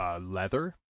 leather